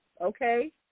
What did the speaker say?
okay